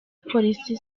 polisi